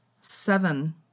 seven